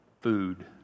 food